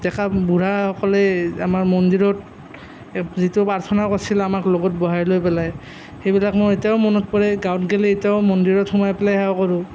ডেকা বুঢ়াসকলে আমাৰ মন্দিৰত এই যিটো প্ৰাৰ্থনা কৰছিল আমাক লগত বহাই লৈ পেলাই সেইবিলাক মোৰ এতিয়াও মনত পৰে গাঁৱত গ'লে এতিয়াও মন্দিৰত সোমাই পেলাই সেৱা কৰোঁ